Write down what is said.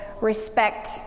respect